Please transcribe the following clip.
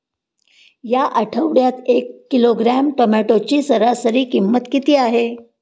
या आठवड्यात एक किलोग्रॅम टोमॅटोची सरासरी किंमत किती आहे?